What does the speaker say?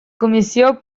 comissió